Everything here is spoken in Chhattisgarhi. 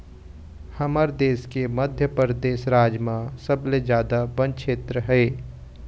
हमर देश के मध्यपरेदस राज म सबले जादा बन छेत्र हे